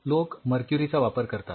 लोक मर्क्युरीचा वापर करतात